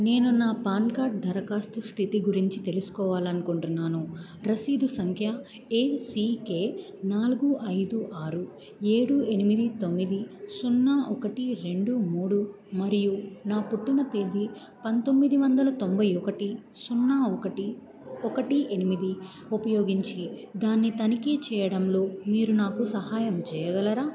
నేను నా PAN card దరఖాస్తు స్థితి గురించి తెలుసుకోవాలి అనుకుంటున్నాను రసీదు సంఖ్య ఏ సీ కే నాలుగు ఐదు ఆరు ఏడు ఎనిమిది తొమ్మిది సున్నా ఒకటి రెండు మూడు మరియు నా పుట్టిన తేదీ పంతొమ్మిది వందల తొంభై ఒకటి సున్నా ఒకటి ఒకటి ఎనిమిది ఉపయోగించి దాన్ని తనిఖీ చేయడంలో మీరు నాకు సహాయం చేయగలరా